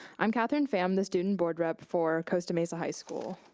i'm katherine pham, the student board rep for costa mesa high school.